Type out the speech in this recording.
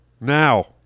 Now